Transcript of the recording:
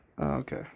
Okay